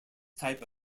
type